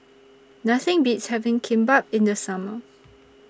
Nothing Beats having Kimbap in The Summer